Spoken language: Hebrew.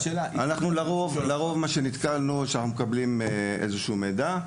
לרוב כשאנחנו מקבלים מידע,